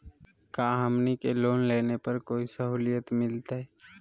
का हमनी के लोन लेने पर कोई साहुलियत मिलतइ?